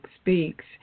Speaks